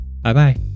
Bye-bye